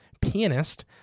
pianist